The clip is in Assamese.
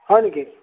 হয় নেকি